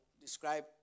describe